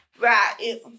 Right